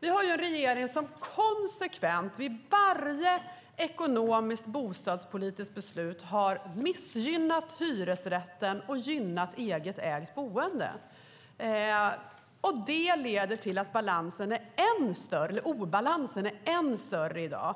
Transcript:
Vi har en regering som konsekvent vid varje ekonomiskt bostadspolitiskt beslut har missgynnat hyresrätten och gynnat eget ägt boende. Det leder till att obalansen blir än större i dag.